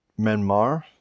Myanmar